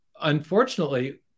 Unfortunately